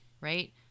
right